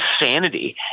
insanity